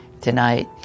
tonight